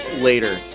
later